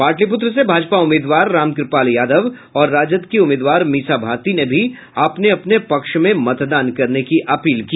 पाटलिपूत्र से भाजपा उम्मीदवार रामकृपाल यादव और राजद की उम्मीदवार मीसा भारती ने भी अपने अपने पक्ष में मतदान करने की अपील की